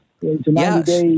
Yes